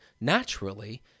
naturally